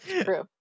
True